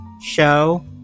show